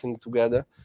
together